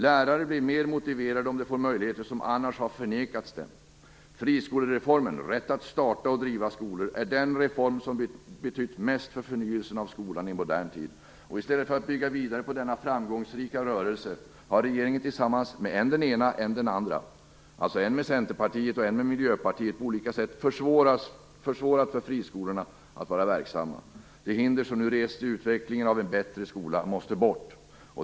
Lärare blir mer motiverade om de får möjligheter som annars har förnekats dem. Friskolereformen - rätt att starta och driva skolor - är den reform som betytt mest för förnyelsen av skolan i modern tid. I stället för att bygga vidare på denna framgångsrika rörelse har regeringen tillsammans med än den ene, än den andre, dvs. än med Centerpartiet, än med Miljöpartiet på olika sätt försvårat för friskolorna att vara verksamma. Det hinder som nu rests för utvecklingen av en bättre skola måste bort.